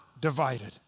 divided